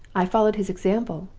i followed his example,